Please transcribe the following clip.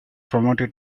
promoted